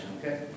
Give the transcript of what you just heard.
okay